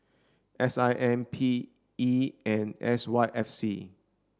S I M P E and S Y F C